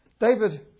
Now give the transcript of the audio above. David